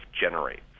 generates